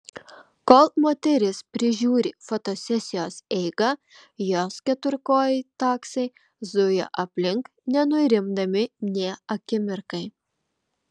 kol moteris prižiūri fotosesijos eigą jos keturkojai taksai zuja aplink nenurimdami nė akimirkai